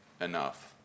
enough